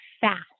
fast